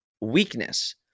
weakness